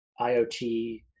IOT